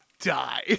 die